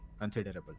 considerable